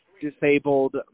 disabled